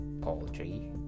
poultry